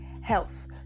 Health